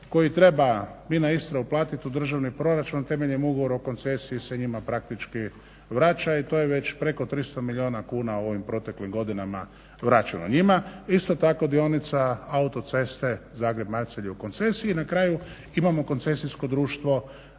koji treba Bina-Istra uplatiti u državni proračun temeljem ugovora o koncesiji se njima vraća i to je već preko 300 milijuna kuna u ovim proteklim godinama vraćeno njima. Isto tako dionica Autoceste Zagreb-Macelj u koncesiji. I na kraju imamo koncesijsko društvo